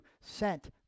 sent